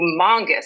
humongous